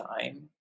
time